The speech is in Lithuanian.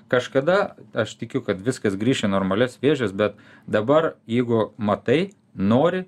kažkada aš tikiu kad viskas grįš į normalias vėžes bet dabar jeigu matai nori